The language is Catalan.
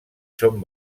són